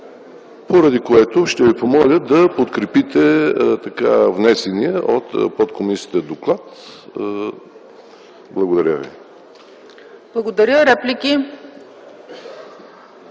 поради което ще ви помоля да подкрепите внесения от подкомисията доклад. Благодаря Ви. ПРЕДСЕДАТЕЛ